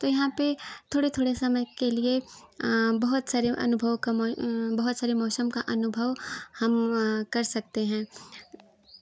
तो यहाँ पे थोड़े थोड़े समय के लिए बहुत सारे अनुभव बहुत सारे मौसम का अनुभव हम कर सकते हैं